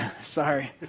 sorry